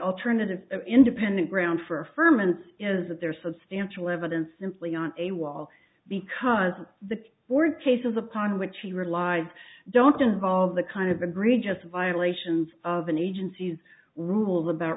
alternative independent ground for a ferment is that there is substantial evidence simply on a wall because the board cases upon which we rely don't involve the kind of agree just violations of an agency's rules about